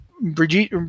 Brigitte